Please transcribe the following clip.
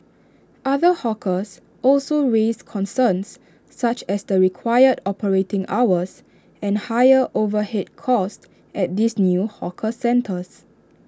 other hawkers also raised concerns such as the required operating hours and higher overhead costs at these new hawker centres